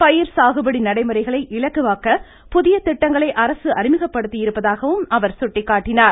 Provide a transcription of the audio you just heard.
பயிர் சாகுபடி நடைமுறைகளை இலகுவாக்க புதிய திட்டங்களை அரசு அறிமுகப்படுத்தியிருப்பதாகவும் அவர் சுட்டிக்காட்டினார்